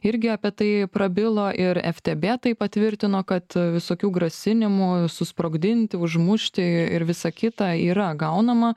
irgi apie tai prabilo ir ftb tai patvirtino kad visokių grasinimų susprogdinti užmušti ir visa kita yra gaunama